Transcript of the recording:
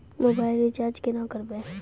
Mobile recharge केना करबै?